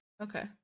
Okay